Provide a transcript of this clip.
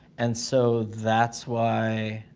and so that's why,